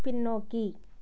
பின்னோக்கி